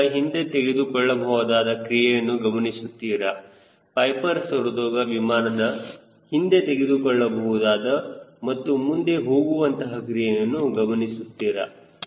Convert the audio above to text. ಈಗ ಹಿಂದೆತೆಗೆದುಕೊಳ್ಳಬಹುದಾದ ಕ್ರಿಯೆಯನ್ನು ಗಮನಿಸುತ್ತೀರಾ ಪೈಪರ್ ಸರತೋಗ ವಿಮಾನದ ಹಿಂದೆತೆಗೆದುಕೊಳ್ಳಬಹುದಾದ ಮತ್ತು ಮುಂದೆ ಹೋಗುವಂತಹ ಕ್ರಿಯೆಯನ್ನು ಗಮನಿಸುತ್ತೀರಾ